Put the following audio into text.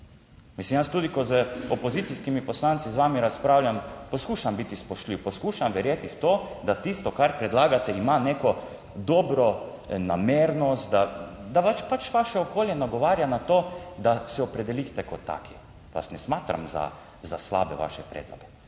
Mislim, jaz tudi, ko z opozicijskimi poslanci, z vami razpravljam, poskušam biti spoštljiv, poskušam verjeti v to, da tisto kar predlagate ima neko dobro namernost, da vas pač vaše okolje nagovarja na to, da se opredelite kot taki vas ne smatram za slabe vaše predloge,